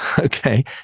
okay